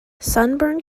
sunburn